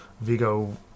Vigo